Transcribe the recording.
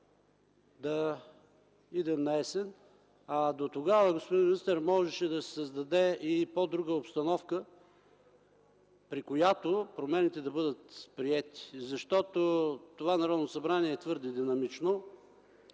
да отиде наесен. Дотогава, господин министър, можеше да се създаде и по-друга обстановка, при която промените да бъдат приети. Защото това Народно събрание е твърде динамично